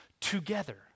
together